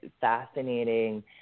fascinating